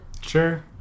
Sure